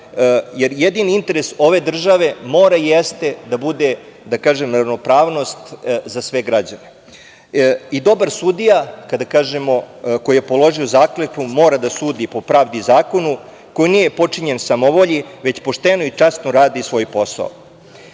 jer jedini interes ove države mora i jeste da bude ravnopravnost za sve građane. Dobar sudija, koji je položio zakletvu, mora da sudi po pravdi i zakonu, koji nije potčinjen samovolji, već pošteno i časno radi svoj posao.S